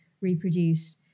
reproduced